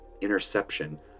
interception